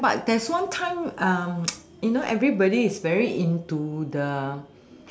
ya but there's one time you know everybody is very into the